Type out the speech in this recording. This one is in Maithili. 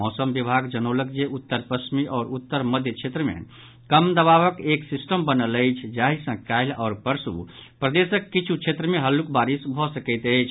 मौसम विभाग जनौलक जे उत्तर पश्चिमी आओर उत्तर मध्य क्षेत्र में कम दबावक एक सिस्टम बनल अछि जाहि सँ काल्हि आओर परसू प्रदेशक किछु क्षेत्र मे हल्लुक बारिश भऽ सकैत अछि